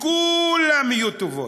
לכו-לם יהיו טובות.